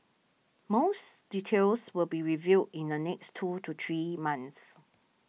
most details will be revealed in the next two to three months